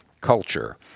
culture